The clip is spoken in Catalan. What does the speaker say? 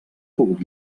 pogut